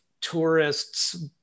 tourists